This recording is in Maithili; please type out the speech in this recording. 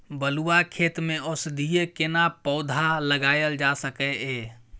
बलुआ खेत में औषधीय केना पौधा लगायल जा सकै ये?